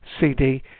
CD